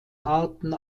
arten